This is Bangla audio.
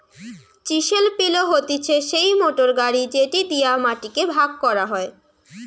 চিসেল পিলও হতিছে সেই মোটর গাড়ি যেটি দিয়া মাটি কে ভাগ করা হয়